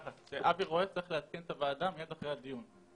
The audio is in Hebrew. אבי רואה צריך לעדכן את הוועדה מייד אחרי הדיון.